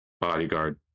bodyguard